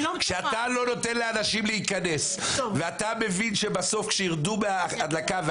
כשאתה לא נותן לאנשים להיכנס ואתה מבין שבסוף כשירדו מן ההדלקה,